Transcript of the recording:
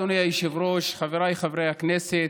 אדוני היושב-ראש, חבריי חברי הכנסת,